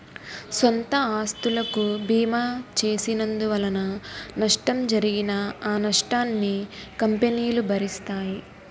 సొంత ఆస్తులకు బీమా చేసినందువలన నష్టం జరిగినా ఆ నష్టాన్ని కంపెనీలు భరిస్తాయి